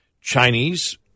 Chinese